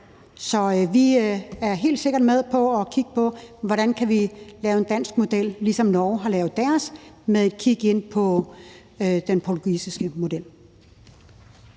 Så vi er helt sikkert med på at kigge på, hvordan vi kan lave en dansk model, ligesom Norge har lavet deres, med et kig ind på den portugisiske model.